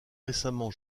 récemment